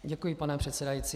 Děkuji, pane předsedající.